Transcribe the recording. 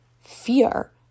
fear